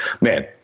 man